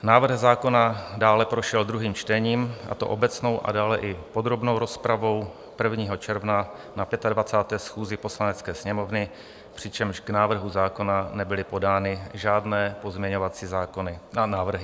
Návrh zákona dále prošel druhým čtením, a to obecnou a dále i podrobnou rozpravou, 1. června na 25. schůzi Poslanecké sněmovny, přičemž k návrhu zákona nebyly podány žádné pozměňovací návrhy.